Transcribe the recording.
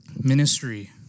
ministry